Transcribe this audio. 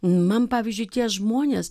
man pavyzdžiui tie žmonės